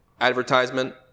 advertisement